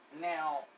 Now